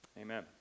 Amen